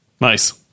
Nice